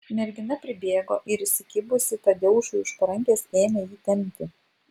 mergina pribėgo ir įsikibusi tadeušui už parankės ėmė jį tempti